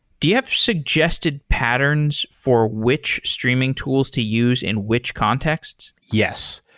do you have suggested patterns for which streaming tools to use in which contexts? yes.